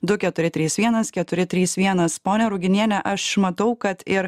du keturi trys vienas keturi trys vienas ponia ruginiene aš matau kad ir